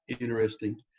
interesting